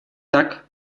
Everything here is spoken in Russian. так